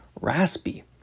raspy